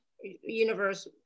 universe